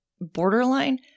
borderline